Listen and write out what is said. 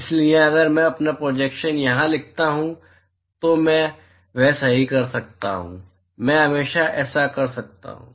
इसलिए अगर मैं अपना प्रोजेक्शन यहां लिखता हूं तो मैं हमेशा वह सही कर सकता हूं मैं हमेशा ऐसा कर सकता हूं